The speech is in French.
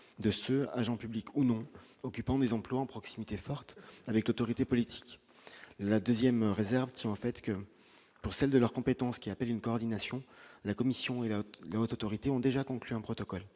de ce agents publics ou non occupant des emplois en proximité forte avec l'autorité politique, la 2ème réserve qui en fait que pour celle de leurs compétences, qui appelle une coordination, la Commission et la autorité ont déjà conclu un protocole